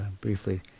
briefly